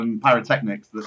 pyrotechnics